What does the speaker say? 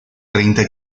treinta